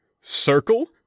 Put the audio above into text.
circle